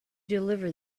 deliver